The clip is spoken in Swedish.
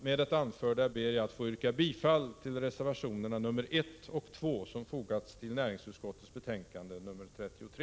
Med det anförda ber jag att få yrka bifall till reservationerna nr 1 och 2 som fogats till näringsutskottets betänkande nr 33.